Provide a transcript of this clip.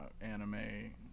anime